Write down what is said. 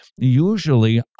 Usually